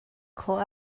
khawh